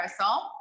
marisol